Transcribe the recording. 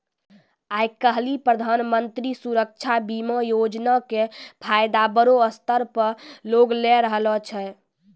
आइ काल्हि प्रधानमन्त्री सुरक्षा बीमा योजना के फायदा बड़ो स्तर पे लोग लै रहलो छै